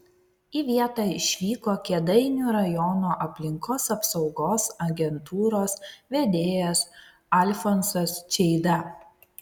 į vietą išvyko kėdainių rajono aplinkos apsaugos agentūros vedėjas alfonsas čeida